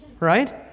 Right